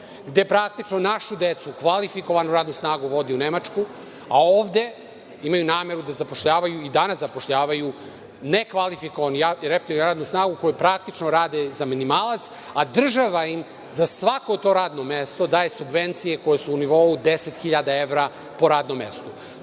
gde praktično našu decu, kvalifikovanu radnu snagu vodi u Nemačku, a ovde imaju nameru da zapošljavaju i danas zapošljavaju nekvalifikovanu jeftinu radnu snagu, koja praktično radi za minimalac, a država im za svako to radno mesto daje subvencije koje su u nivou 10.000 evra po radnom mestu. Domaći